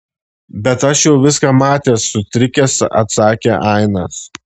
bet aš jau viską matęs sutrikęs atsakė ainas